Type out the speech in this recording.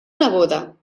neboda